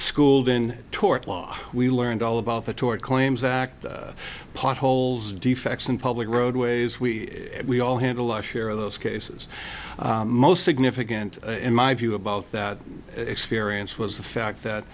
schooled in tort law we learned all about the tort claims act potholes defects in public roadways we we all handle our share of those cases most significant in my view about that experience was the fact that